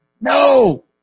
No